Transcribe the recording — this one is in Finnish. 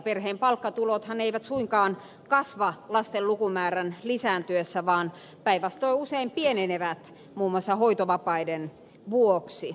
perheen palkkatulothan eivät suinkaan kasva lasten lukumäärän lisääntyessä vaan päinvastoin usein pienenevät muun muassa hoitovapaiden vuoksi